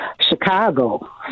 Chicago